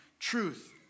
truth